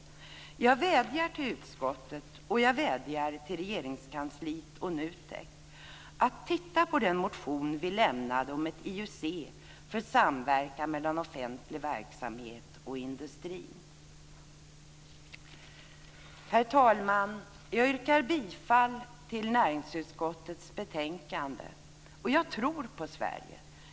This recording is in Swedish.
Jag vädjar till utskottet, till Regeringskansliet och till NUTEK att titta på den motion som vi lämnade om ett IUC för samverkan mellan offentlig verksamhet och industrin. Herr talman! Jag yrkar bifall till hemställan i näringsutskottets betänkande. Jag tror på Sverige.